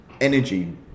energy